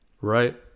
right